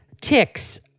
ticks